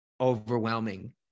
overwhelming